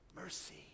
Mercy